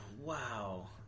wow